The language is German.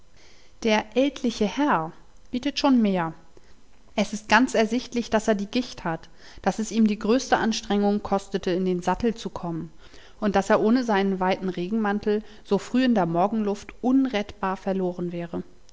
der ältliche herr bietet schon mehr es ist ganz ersichtlich daß er die gicht hat daß es ihm die größte anstrengung kostete in den sattel zu kommen und daß er ohne seinen weiten regenmantel so früh in der morgenluft unrettbar verloren wäre